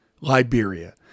Liberia